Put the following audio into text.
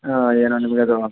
ಹಾಂ ಏನೂ ನಿಮಗದು